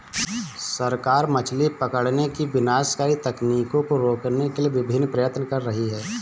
सरकार मछली पकड़ने की विनाशकारी तकनीकों को रोकने के लिए विभिन्न प्रयत्न कर रही है